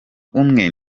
umwe